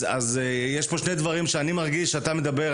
אז יש פה שני דברים שאני מרגיש כשאתה מדבר,